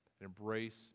embrace